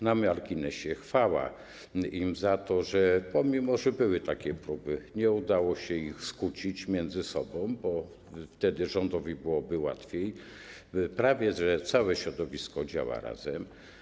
Na marginesie, chwała im za to, że pomimo iż były takie próby, nie udało się ich skłócić między sobą - bo wtedy rządowi byłoby łatwiej - prawie całe środowisko działa razem.